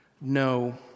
No